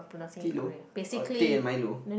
tilo uh tea and milo